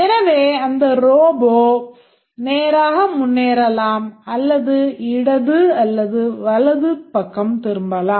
எனவே அந்த Robot நேராக முன்னேறலாம் அல்லது இடது அல்லது வலது பக்கம் திரும்பலாம்